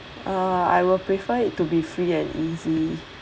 uh I will prefer it to be free and easy